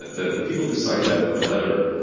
the the people who signed that open letter.